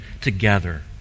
together